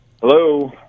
Hello